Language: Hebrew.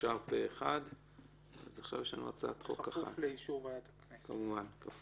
הצבעה בעד ההצעה למזג